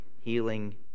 healing